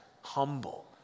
humble